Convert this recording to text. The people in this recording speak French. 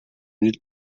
mille